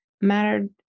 mattered